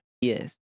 yes